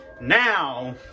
now